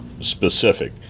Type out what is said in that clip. specific